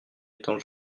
étant